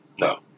No